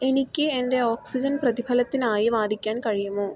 എനിക്ക് എൻ്റെ ഓക്സിജൻ പ്രതിഫലത്തിനായി വാദിക്കാൻ കഴിയുമോ